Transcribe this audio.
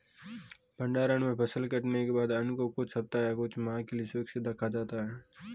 भण्डारण में फसल कटने के बाद अन्न को कुछ सप्ताह या कुछ माह के लिये सुरक्षित रखा जाता है